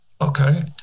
Okay